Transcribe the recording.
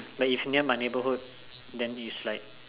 but if near my neighbourhood then it's like